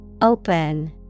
Open